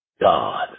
God